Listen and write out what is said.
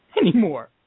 anymore